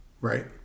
right